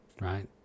right